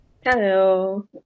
Hello